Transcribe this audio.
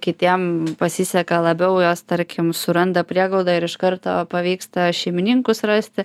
kitiem pasiseka labiau juos tarkim suranda prieglauda ir iš karto pavyksta šeimininkus rasti